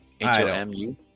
H-O-M-U